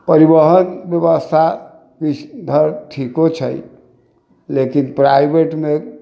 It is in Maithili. परिवहन व्यवस्था इसधर ठिको छै लेकिन प्राइवेटमे